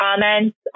comments